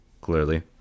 clearly